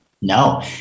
No